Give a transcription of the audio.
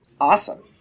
Awesome